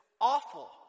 awful